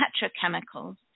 petrochemicals